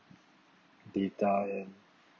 data